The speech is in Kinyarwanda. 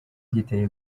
giteye